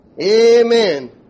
Amen